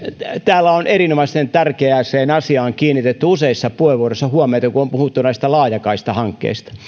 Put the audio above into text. täällä on erinomaisen tärkeään asiaan kiinnitetty useissa puheenvuoroissa huomiota kun on puhuttu näistä laajakaistahankkeista